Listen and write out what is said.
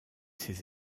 ces